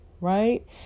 Right